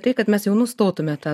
tai kad mes jau nustotume tą